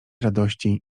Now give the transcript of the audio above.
radości